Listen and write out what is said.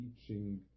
teaching